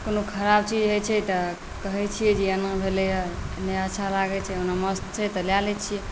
खराब चीज होइ छै तऽ कहै छिए जे एना भेलै हँ नहि अच्छा लागै छै ओना मस्त छै तऽ लऽ लै छिए